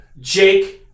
Jake